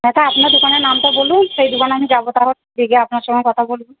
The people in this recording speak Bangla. দাদা আপনার দোকানের নামটা বলুন সেই দোকানে আমি যাব তাহলে গিয়ে আপনার সঙ্গে কথা বলব